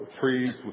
trees